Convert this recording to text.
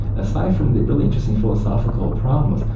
aside from the really interesting philosophical problems,